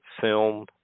film